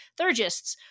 Thurgists